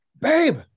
babe